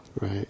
Right